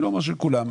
לא כולם.